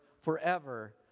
forever